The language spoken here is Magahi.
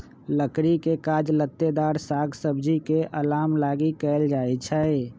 लकड़ी के काज लत्तेदार साग सब्जी के अलाम लागी कएल जाइ छइ